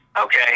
Okay